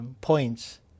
points